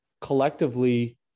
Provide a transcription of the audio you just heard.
collectively